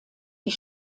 die